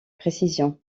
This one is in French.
précision